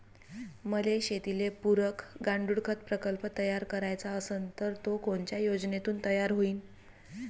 मले शेतीले पुरक गांडूळखत प्रकल्प तयार करायचा असन तर तो कोनच्या योजनेतून तयार होईन?